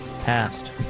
Passed